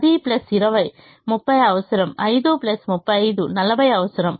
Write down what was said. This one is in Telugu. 30 అవసరం 10 20 30 అవసరం 5 35 40 అవసరం